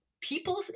people